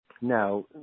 Now